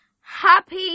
happy